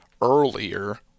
earlier